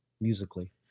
musically